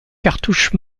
cartouches